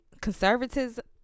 conservatism